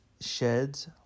sheds